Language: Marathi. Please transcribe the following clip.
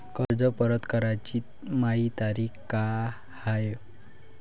कर्ज परत कराची मायी तारीख का हाय?